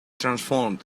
transformed